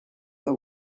but